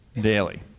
daily